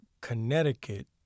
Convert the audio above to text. Connecticut